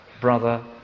brother